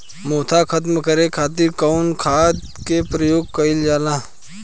मोथा खत्म करे खातीर कउन खाद के प्रयोग कइल जाला?